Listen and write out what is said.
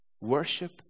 Worship